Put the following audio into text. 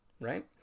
right